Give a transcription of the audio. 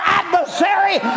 adversary